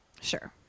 Sure